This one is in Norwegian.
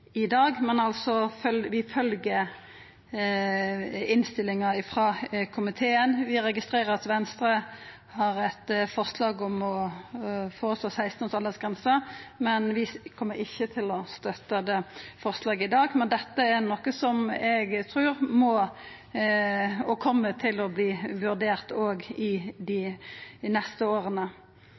i dag, men vi følgjer altså innstillinga frå komiteen. Vi registrerer at Venstre har eit forslag om 16-års aldersgrense. Vi kjem ikkje til å støtta det forslaget i dag, men dette er noko eg trur må – og kjem til å bli – vurdert òg i dei neste åra.